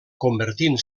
convertint